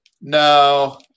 No